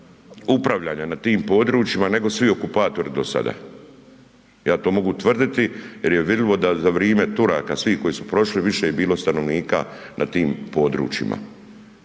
upravljanja na tim područjima nego svi okupatori do sada. Ja to mogu tvrditi jer je vidljivo da za vrime Turaka svih koji su prošli više je bilo stanovnika na tim područjima.